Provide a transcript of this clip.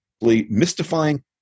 mystifying